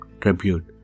tribute